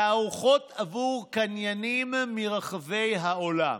תערוכות עבור קניינים מרחבי העולם.